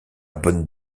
bonne